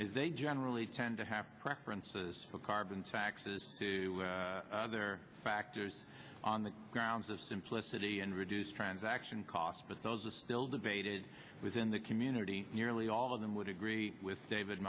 is they generally tend to have preferences for carbon taxes to other factors on the grounds of simplicity and reduce transaction costs but those are still debated within the community nearly all of them would agree with david